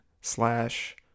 slash